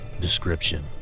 Description